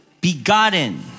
begotten